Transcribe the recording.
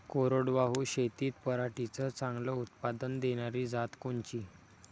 कोरडवाहू शेतीत पराटीचं चांगलं उत्पादन देनारी जात कोनची?